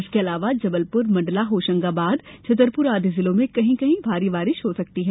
इसके अलावा जबलपुर मंडला होशंगाबाद छतरपुर आदि जिलों में कहीं कहीं भारी वर्षा की संभावना है